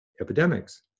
epidemics